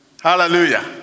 Hallelujah